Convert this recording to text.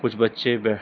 کچھ بچے